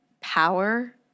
power